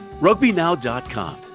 RugbyNow.com